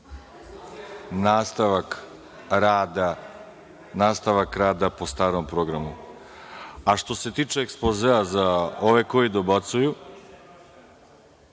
nastavak rada po starom programu. Što se tiče ekspozea, za ove koji dobacuju,